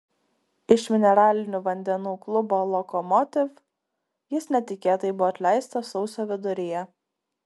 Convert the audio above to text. iš mineralinių vandenų klubo lokomotiv jis netikėtai buvo atleistas sausio viduryje